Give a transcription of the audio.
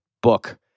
book